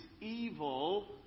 evil